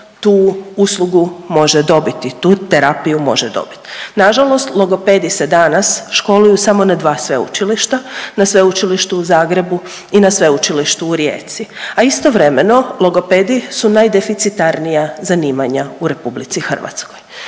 tu uslugu može dobiti, tu terapiju može dobit. Nažalost, logopedi se danas školuju samo na dva sveučilišta, na Sveučilištu u Zagrebu i na Sveučilištu u Rijeci, a istovremeno logopedi su najdeficitarnija zanimanja u RH. Dakle,